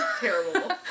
terrible